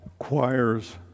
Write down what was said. choirs